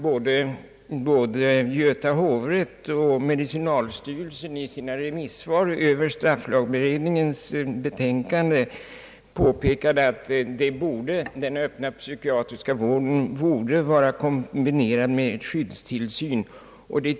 Både Göta hovrätt och medicinalstyrelsen påpekade också i sina remissvar över strafflagberedningens betänkande, att den öppna psykiatriska vården borde vara kombinerad med skyddstillsyn.